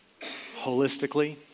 holistically